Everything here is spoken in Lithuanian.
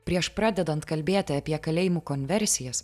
prieš pradedant kalbėti apie kalėjimų konversijas